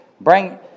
Bring